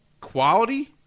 quality